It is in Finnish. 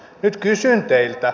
nyt kysyn teiltä